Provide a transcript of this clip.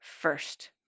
first